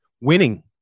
winning